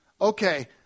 Okay